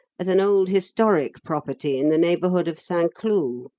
as an old historic property in the neighbourhood of st. cloud.